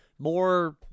More